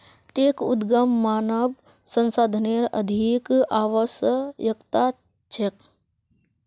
tech उद्यमक मानव संसाधनेर अधिक आवश्यकता छेक